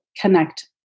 connect